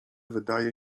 wydaje